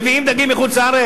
מביאים דגים מחוץ-לארץ,